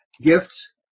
gifts